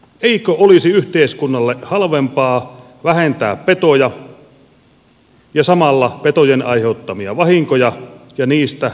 eikö olisi yhteiskunnalle halvempaa vähentää petoja ja samalla petojen aiheuttamia vahinkoja ja niistä maksettavia korvauksia